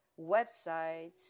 websites